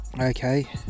okay